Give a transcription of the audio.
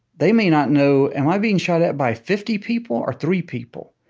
they may not know, am i being shot at by fifty people or three people?